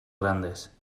grandes